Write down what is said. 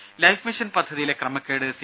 രും Life Mission പദ്ധതിയിലെ ക്രമക്കേട് സി